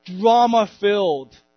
drama-filled